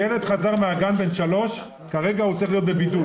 ילד בן 3 חזר מהגן והוא צריך להיות בבידוד.